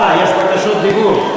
אה, יש בקשות דיבור.